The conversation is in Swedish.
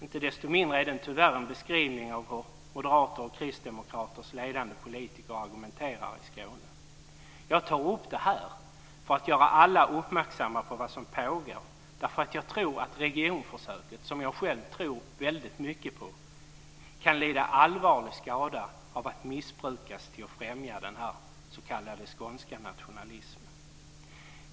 Inte desto mindre är den tyvärr en beskrivning av hur Moderaternas och Kristdemokraternas ledande politiker argumenterar i Skåne. Jag tar upp det här i kammaren för att göra alla uppmärksamma på vad som pågår. Jag tror att regionförsöket - som jag själv tror väldigt mycket på - kan lida allvarlig skada av att missbrukas till att främja den s.k. skånska nationalismen.